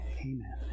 amen